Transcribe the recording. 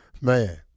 Man